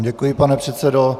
Děkuji vám, pane předsedo.